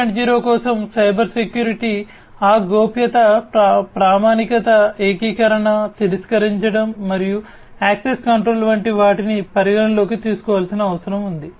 0 కోసం cyber security ఆ గోప్యత ప్రామాణికత ఏకీకరణ తిరస్కరించడం మరియు యాక్సెస్ కంట్రోల్ వంటి వాటిని పరిగణనలోకి తీసుకోవలసిన అవసరం ఉంది